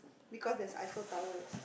because there's Eiffel Tower